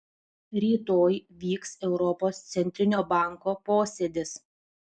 rytoj vyks europos centrinio banko posėdis